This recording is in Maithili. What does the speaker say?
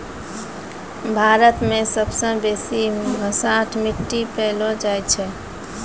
भारत मे सबसे बेसी भसाठ मट्टी पैलो जाय छै